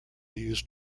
used